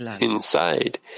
inside